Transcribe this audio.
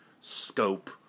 scope